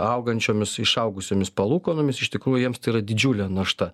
augančiomis išaugusiomis palūkanomis iš tikrųjų jiems tai yra didžiulė našta